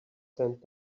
sent